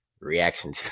reaction